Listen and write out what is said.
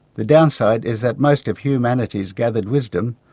the downside is that most of humanity's gathered wisdom,